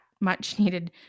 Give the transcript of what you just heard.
much-needed